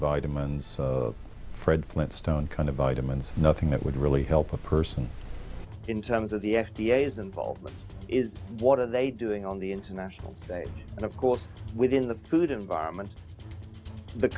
vitamins fred flintstone kind of vitamins nothing that would really help a person in terms of the f d a is involved is what are they doing on the international stage and of course within the food environment the